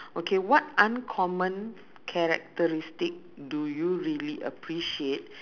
okay what uncommon characteristic do you really appreciate